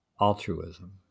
altruism